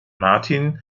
martín